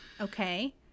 okay